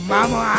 Mama